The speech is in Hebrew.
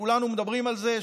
וכולנו מדברים על זה,